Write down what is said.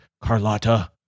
Carlotta